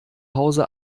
hause